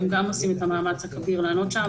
הם גם עושים את המאמץ הכביר לענות שם,